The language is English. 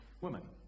women